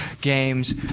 games